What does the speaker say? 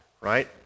right